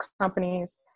companies